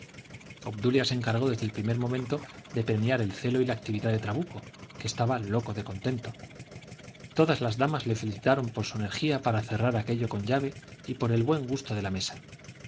obdulia se encargó desde el primer momento de premiar el celo y la actividad de trabuco que estaba loco de contento todas las damas le felicitaron por su energía para cerrar aquello con llave y por el buen gusto de la mesa